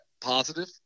positive